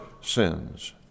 sins